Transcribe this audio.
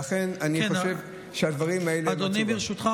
אדוני, ברשותך,